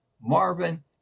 Marvin